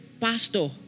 pastor